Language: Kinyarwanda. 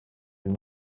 kari